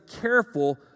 careful